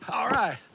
all right.